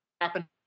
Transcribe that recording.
happen